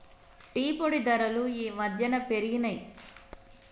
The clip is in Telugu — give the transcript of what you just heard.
టీ పొడి ధరలు ఈ మధ్యన పెరిగినయ్